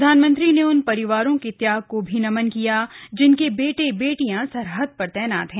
प्रधानमंत्री ने उन परिवारों के त्याग को भी नमन किया जिनके बेटे बेटियां सरहदपर तैनात हैं